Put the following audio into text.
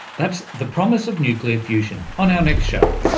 that's the promise of nuclear fusion, on our next show.